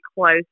close